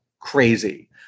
crazy